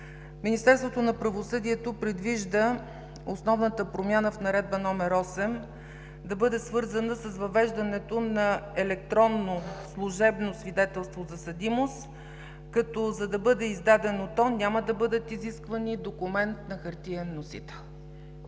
Министерството на правосъдието предвижда основната промяна в Наредба № 8 да бъде свързана с въвеждането на електронно служебно свидетелство за съдимост, като за да бъде издадено то няма да бъдат изисквани документи на хартиен носител.